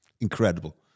incredible